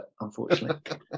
unfortunately